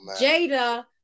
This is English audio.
Jada